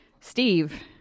Steve